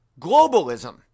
globalism